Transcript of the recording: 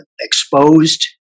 exposed